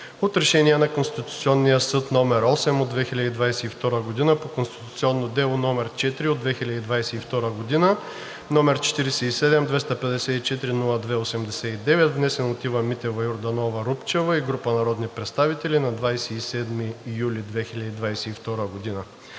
от Решение на Конституционния съд № 8 от 2022 г. по конституционно дело № 4 от 2022 г., № 47-254-02-89, внесен от Ива Митева Йорданова-Рупчева и група народни представители на 27 юли 2022 г.